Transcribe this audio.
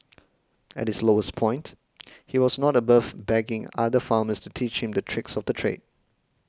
at his lowest point he was not above begging other farmers to teach him the tricks of the trade